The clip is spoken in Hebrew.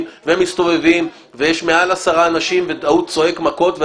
ומסתובבים ויש מעל עשרה אנשים והוא צועק מכות.